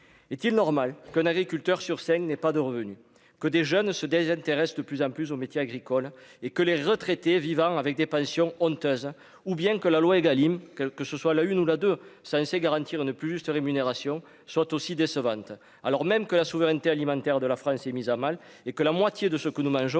est-il normal qu'un agriculteur sur scène n'est pas de revenus que des jeunes se désintéressent de plus en plus aux métiers agricoles et que les retraités vivant avec des pensions honteuse ou bien que la loi Egalim que que ce soit la une, ou la deux censé garantir une plus juste rémunération aussi décevante, alors même que la souveraineté alimentaire de la France est mise à mal et que la moitié de ce que nous mangeons